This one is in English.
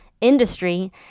industry